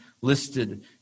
listed